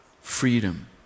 freedom